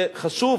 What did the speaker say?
זה חשוב,